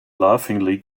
laughingly